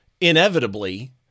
inevitably